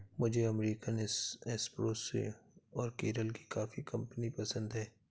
मुझे American espresso और केरल की कॉफी पीना पसंद है